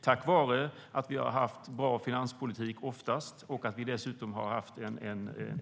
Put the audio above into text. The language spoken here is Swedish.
Tack vare oftast en bra finanspolitik i Sverige och att landet har haft